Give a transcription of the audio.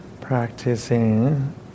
practicing